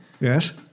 Yes